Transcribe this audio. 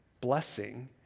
blessing